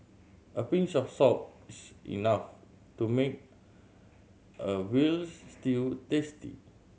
a pinch of salt enough to make a veal stew tasty